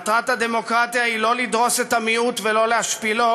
מטרת הדמוקרטיה היא לא לדרוס את המיעוט ולא להשפילו,